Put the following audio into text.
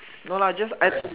no lah just I